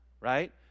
right